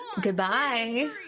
Goodbye